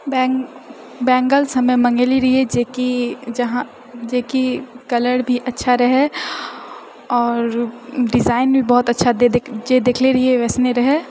bang bangles हमे मङ्गेले रहिऐ जे कि जहाँ जेकि कलर भी अच्छा रहए आओर डिजाइन भी बहुत अच्छा दे दे जे देखले रहिऐ वेसने रहए